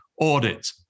audit